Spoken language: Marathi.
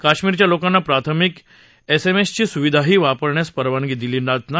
काश्मीरच्या लोकाना प्राथमिक एसएमएसची सुविधाही वापरण्यास परवानगी दिली जात नाही